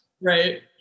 Right